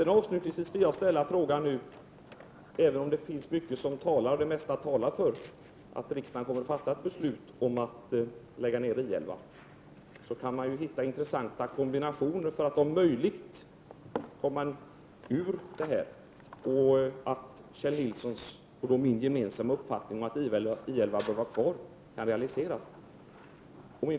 Avslutningsvis vill jag säga att även om det mesta talar för att riksdagen kommer att fatta beslut om att lägga ner I 11, kan man hitta intressanta kombinationer, så att Kjell Nilssons och min gemensamma uppfattning att I 11 bör vara kvar kan realiseras.